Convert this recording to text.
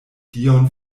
dion